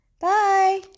Bye